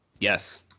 Yes